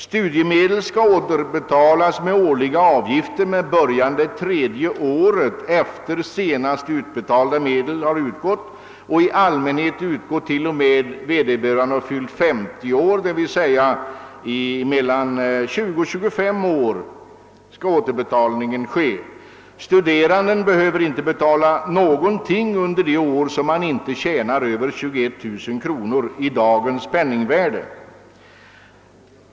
Studiemedel skall återbetalas med årliga avgifter med början tredje året efter det att senast utbetalda medel har utgått. I allmänhet skall återbetalning ske t.o.m. det år mottagaren fyller 50 år, d.v.s. under en tid av 20—25 år. Studeranden behöver inte betala någonting under de år han inte tjänar över 21 000 kronor i dagens penningvärde.